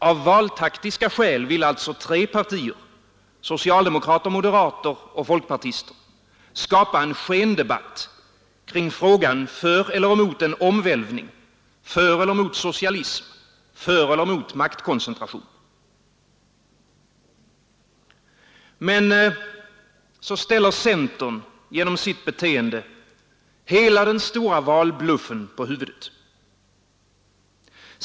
Av valtaktiska skäl vill alltså tre partier — socialdemokrater, moderater och folkpartister — skapa en skendebatt kring frågan för eller mot en omvälvning, för eller mot socialism, för eller mot Men så ställer centern genom sitt beteende hela den stora valbluffen Torsdagen den på huvudet.